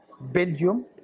Belgium